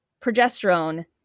progesterone